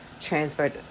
transferred